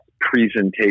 presentation